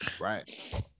Right